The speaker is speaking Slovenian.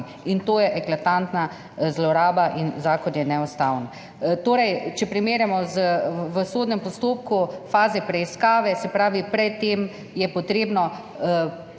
In to je eklatantna zloraba in zakon je neustaven. Če torej primerjamo v sodnem postopku faze preiskave, se pravi, pred tem je potrebno